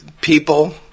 people